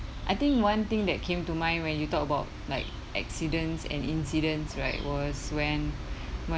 I think one thing that came to mind when you talk about like accidents and incidents right was when